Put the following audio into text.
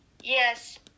Yes